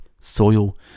soil